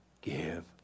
give